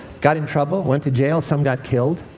got in trouble, went to jail. some got killed,